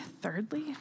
thirdly